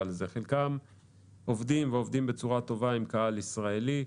חלקם עובדים בצורה טובה עם קהל ישראלי.